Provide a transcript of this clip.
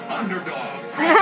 underdog